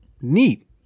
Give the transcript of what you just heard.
neat